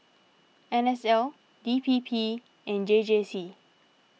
N S L D P P and J J C